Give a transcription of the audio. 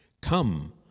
Come